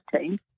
team